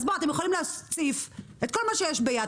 אז אתם יכולים להוסיף את כל מה שיש ב"יד